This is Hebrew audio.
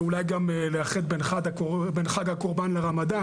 ואולי גם לאחד בין חג הקורבן לרמדאן,